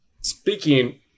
Speaking